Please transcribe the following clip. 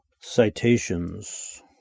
Citations